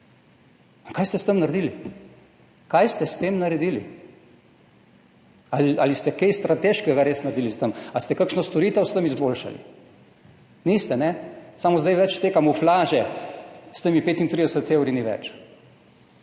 Kaj ste s tem naredili? Kaj ste s tem naredili? Ali ste res kaj strateškega naredili s tem? Ali ste kakšno storitev s tem izboljšali? Niste, ne. Samo zdaj te kamuflaže s temi 35 evri ni več.